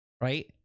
right